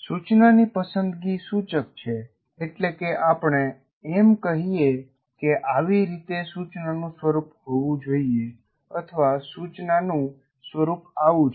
સૂચનાની પસંદગી સૂચક છે એટલે કે આપણે એમ કહીએ કે આવી રીતે સૂચનાનું સ્વરૂપ હોવું જોઈએ અથવાસૂચનાનું સ્વરૂપ આવું છે